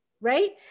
right